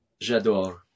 J'adore